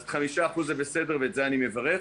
אז 5% זה בסדר ועל זה אני מברך.